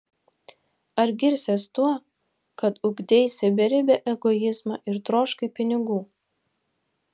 ar girsies tuo kad ugdeisi beribį egoizmą ir troškai pinigų